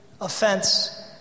offense